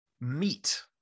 meat